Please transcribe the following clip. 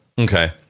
Okay